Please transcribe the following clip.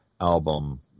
album